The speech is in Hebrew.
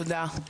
תודה.